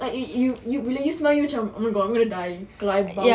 like you you bila you smell you macam oh my god I'm gonna die